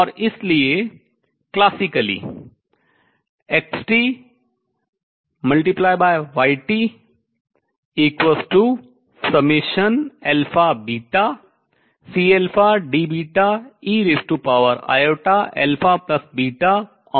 और इसलिए classically शास्त्रीय रूप से xt×ytαβCDeiαβωnt होगा